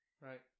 Right